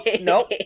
nope